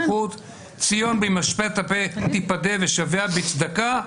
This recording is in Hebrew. ציון במשפט תיפדה ושביה בצדקה,